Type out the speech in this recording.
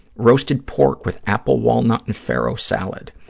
roasted pork with apple, walnut and farrow salad.